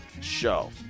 show